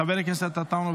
חבר הכנסת עטאונה,